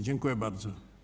Dziękuję bardzo.